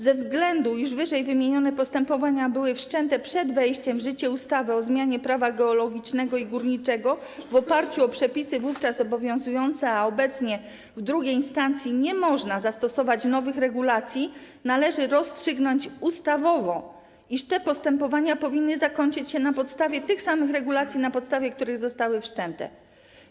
Ze względu na to, iż ww. postępowania były wszczęte przed wejściem w życie ustawy o zmianie Prawa geologicznego i górniczego na podstawie przepisów wówczas obowiązujących, a obecnie w II instancji nie można zastosować nowych regulacji, należy rozstrzygnąć ustawowo, iż te postępowania powinny zakończyć się na podstawie tych samych regulacji, na podstawie których zostały wszczęte.